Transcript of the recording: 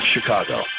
Chicago